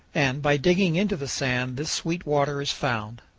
and by digging into the sand this sweet water is found.